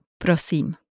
prosim